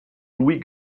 louis